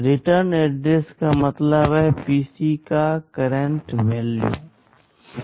return address का मतलब है पीसी का वर्तमान मान